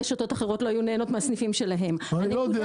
רשתות אחרות לא היו נהנות מהסניפים שלהם- - אני לא יודע.